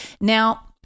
Now